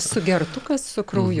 sugertukas su krauju